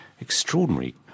extraordinary